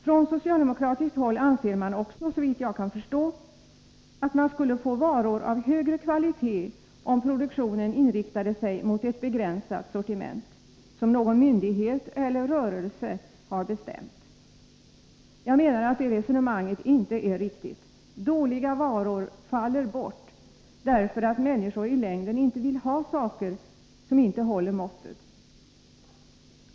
Från socialdemokratiskt håll anser man också, såvitt jag kan förstå, att det skulle komma fram varor av högre kvalitet, om produktionen inriktade sig mot ett begränsat sortiment, som någon myndighet eller rörelse har bestämt. Jag menar att det resonemanget inte är riktigt. Dåliga varor faller bort därför att människor i längden inte vill ha saker, som inte håller måttet.